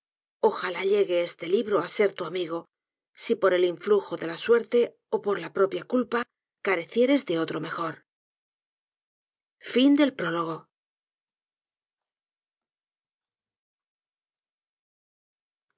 ojalá llegue este libro á ser t u amigo si p o r el influjo de la s u e r t e ó p o r la propia culpa ca recieres de otro mejor